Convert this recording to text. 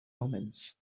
omens